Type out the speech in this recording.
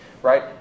right